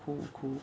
cool cool